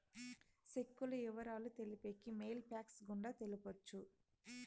సెక్కుల ఇవరాలు తెలిపేకి మెయిల్ ఫ్యాక్స్ గుండా తెలపొచ్చు